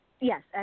Yes